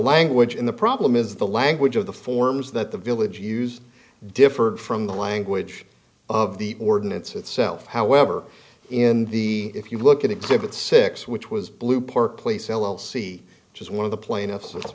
language in the problem is the language of the forms that the village use differed from the language of the ordinance itself however in the if you look at exhibit six which was blue park place l l c which is one of the pla